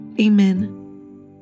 Amen